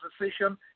decision